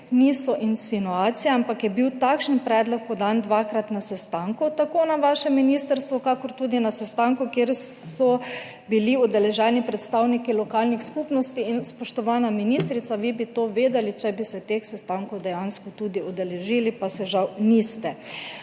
niso insinuacije, ampak je bil takšen predlog podan dvakrat na sestanku, tako na vašem ministrstvu kakor tudi na sestanku, kjer so bili udeleženi predstavniki lokalnih skupnosti. In, spoštovana ministrica, vi bi to vedeli, če bi se teh sestankov dejansko tudi udeležili, pa se jih žal niste.